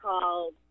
called